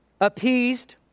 appeased